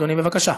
אדוני, בבקשה.